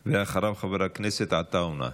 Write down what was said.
ואחריו, חבר הכנסת עטאונה.